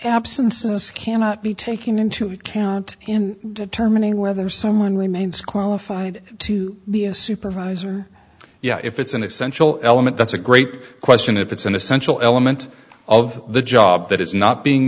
this cannot be taken into account in determining whether someone remains qualified to be a supervisor yeah if it's an essential element that's a great question if it's an essential element of the job that is not being